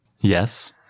Yes